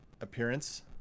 appearance